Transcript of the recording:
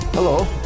Hello